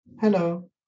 hello